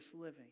living